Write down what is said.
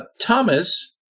Thomas